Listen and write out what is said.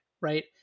right